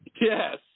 Yes